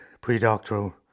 pre-doctoral